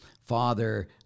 Father